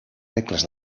regles